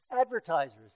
Advertisers